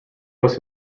was